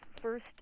first